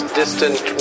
distant